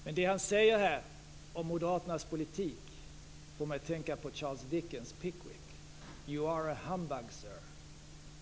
Fru talman! Bertil Persson vet att jag respekterar honom som en gentleman, men det han säger om moderaternas politik får mig att tänka på Charles Dickens Pickwick: You are a humbug, sir.